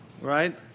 right